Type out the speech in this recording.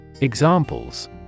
Examples